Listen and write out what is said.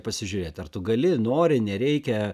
pasižiūrėt ar tu gali nori nereikia